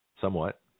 somewhat